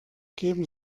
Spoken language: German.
geben